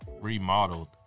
remodeled